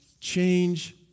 change